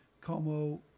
Como